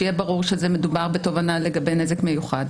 שיהיה ברור שמדובר בתובענה לגבי נזק מיוחד.